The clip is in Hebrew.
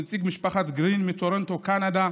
נציג משפחת גרין מטורונטו, קנדה,